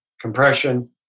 compression